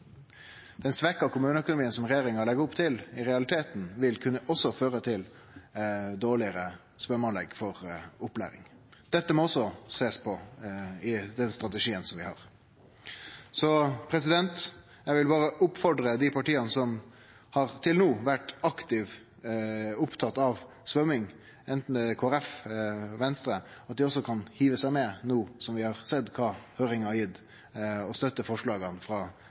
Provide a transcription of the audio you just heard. den svekte kommuneøkonomien som regjeringa legg opp til, i realiteten også vil kunne føre til dårlegare svømmeanlegg til opplæring. Dette må ein også sjå på i den strategien vi har. Så eg ville berre oppfordre dei partia som til no har vore aktivt opptatt av svømming – Kristeleg Folkeparti og Venstre – om å hive seg med no når vi har sett kva høyringa har gjeve, og støtte forslaga frå